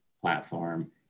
platform